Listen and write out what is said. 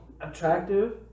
attractive